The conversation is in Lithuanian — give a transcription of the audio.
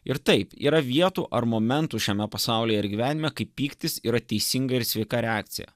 ir taip yra vietų ar momentų šiame pasaulyje ir gyvenime kaip pyktis yra teisinga ir sveika reakcija